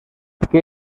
què